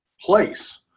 place